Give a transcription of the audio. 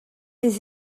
les